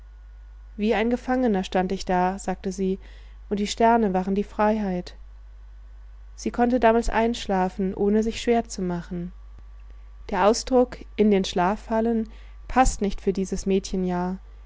wie ein gefangener stand ich da sagte sie und die sterne waren die freiheit sie konnte damals einschlafen ohne sich schwer zu machen der ausdruck in den schlaf fallen paßt nicht für dieses mädchenjahr